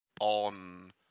on